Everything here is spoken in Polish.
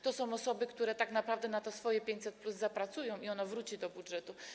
To są osoby, które tak naprawdę na te swoje 500+ zapracują i ono wróci do budżetu.